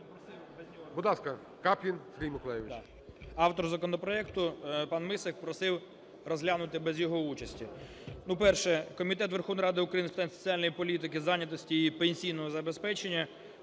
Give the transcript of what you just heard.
Автор законопроекту пан Мисик просив розглянути без його участі. Ну, перше. Комітет Верховної Ради України з питань соціальної політики, зайнятості і пенсійного забезпечення